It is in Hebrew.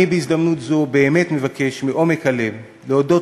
בהזדמנות זו אני באמת מבקש מעומק הלב להודות